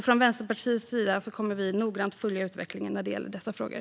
Från Vänsterpartiets sida kommer vi noggrant att följa utvecklingen när det gäller dessa frågor.